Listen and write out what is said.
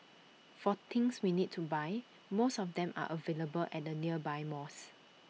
for things we need to buy most of them are available at the nearby malls